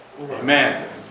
Amen